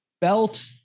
belt